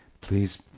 please